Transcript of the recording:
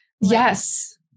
Yes